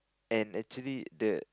and actually the